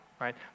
right